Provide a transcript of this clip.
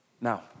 Now